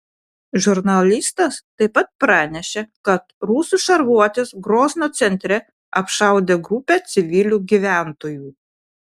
žurnalistas taip pat pranešė kad rusų šarvuotis grozno centre apšaudė grupę civilių gyventojų